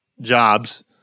jobs